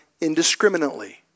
indiscriminately